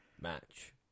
match